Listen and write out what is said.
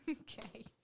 Okay